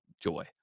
joy